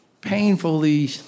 painfully